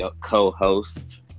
co-host